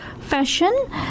Fashion